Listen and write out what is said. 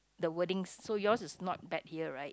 the wordings so your is not bet here right